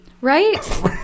Right